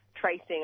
tracing